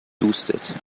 دوستت